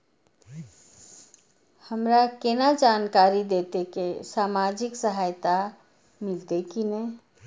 हमरा केना जानकारी देते की सामाजिक सहायता मिलते की ने?